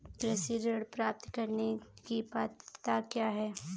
कृषि ऋण प्राप्त करने की पात्रता क्या है?